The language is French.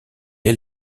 est